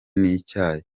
n’icyayi